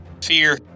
Fear